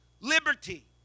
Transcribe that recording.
liberty